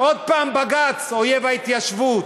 עוד פעם בג"ץ אויב ההתיישבות,